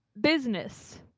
business